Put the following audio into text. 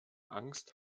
angst